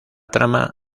trama